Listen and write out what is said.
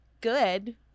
good